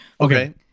Okay